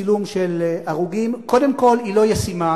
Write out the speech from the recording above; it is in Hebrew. וצילום של הרוגים, קודם כול היא לא ישימה.